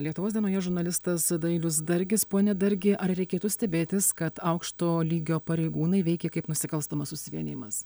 lietuvos žurnalistas dailius dargis pone dargi ar reikėtų stebėtis kad aukšto lygio pareigūnai veikė kaip nusikalstamas susivienijimas